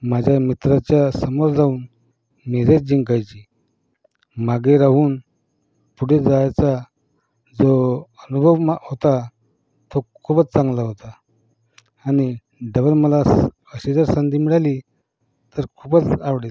माझ्या मित्राच्यासमोर जाऊन मी रेस जिंकायची मागे राहून पुढे जायचा जो अनुभव माझा होता तो खूपच चांगला होता आणि डबल मला स अशी जर संधी मिळाली तर खूपच आवडेल